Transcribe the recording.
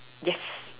yes